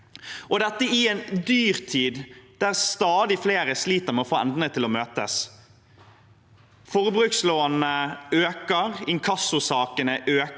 er i en dyrtid der stadig flere sliter med å få endene til å møtes. Forbrukslånene øker. Inkassosakene øker.